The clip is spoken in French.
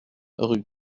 rue